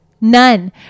none